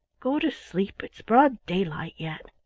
go to sleep it's broad daylight yet.